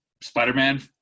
Spider-Man